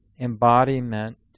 embodiment